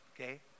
okay